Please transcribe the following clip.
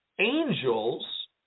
Angels